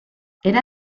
era